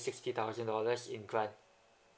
sixty thousand dollars in grant